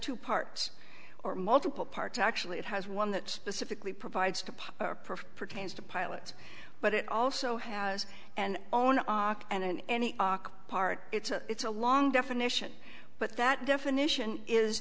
two parts or multiple parts actually it has one that specifically provides to pop a perfect pertains to pilots but it also has and on and in any part it's a it's a long definition but that definition is